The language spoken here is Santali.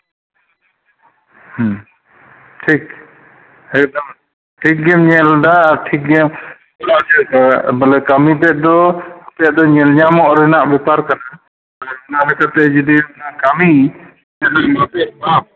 ᱦᱩᱸ ᱴᱷᱤᱠ ᱴᱷᱤᱠᱜᱮᱢ ᱧᱮᱞᱫᱟ ᱟᱨ ᱴᱷᱤᱠᱜᱮᱢ ᱠᱚᱨᱟᱣ ᱦᱚᱪᱚᱭᱫᱟ ᱵᱚᱞᱮ ᱠᱟᱹᱢᱤ ᱛᱮᱫ ᱫᱚ ᱠᱟᱹᱹᱡ ᱫᱚ ᱧᱮᱞᱧᱟᱢᱚᱜ ᱨᱮᱱᱟᱜ ᱵᱮᱯᱟᱨ ᱠᱟᱱᱟ ᱚᱱᱟᱞᱮᱠᱟᱛᱮ ᱡᱩᱫᱤ ᱚᱱᱟ ᱠᱟᱹᱢᱤ